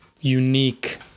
unique